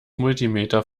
multimeter